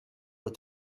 with